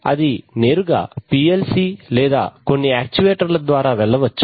అది నేరుగా PLC లేదా కొన్ని యాక్చువేటర్ ద్వారా వెళ్ళవచ్చు